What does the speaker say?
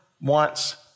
wants